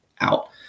out